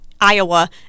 Iowa